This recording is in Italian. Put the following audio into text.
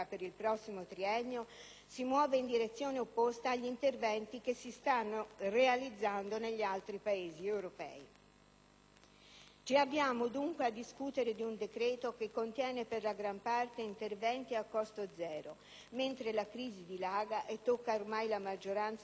si muove in direzione opposta agli interventi che si stanno realizzando negli altri Paesi europei. Ci avviamo dunque a discutere di un decreto che contiene per la gran parte interventi a costo zero, mentre la crisi dilaga e tocca ormai la maggioranza della società italiana,